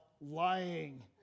lying